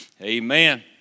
Amen